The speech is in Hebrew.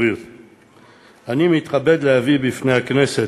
אני מתכבד להביא בפני הכנסת,